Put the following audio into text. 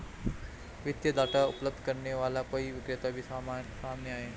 वित्तीय डाटा उपलब्ध करने वाले कई विक्रेता भी सामने आए हैं